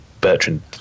Bertrand